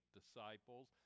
disciples